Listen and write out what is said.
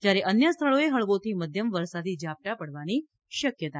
જ્યારે અન્ય સ્થળોએ હળવાથી મધ્યમ વરસાદી ઝાપટાં પડવાની શક્યતા છે